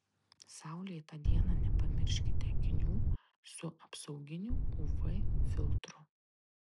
saulėtą dieną nepamirškite akinių su apsauginiu uv filtru